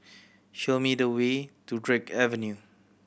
show me the way to Drake Avenue